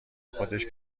خودش